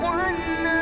one